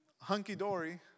hunky-dory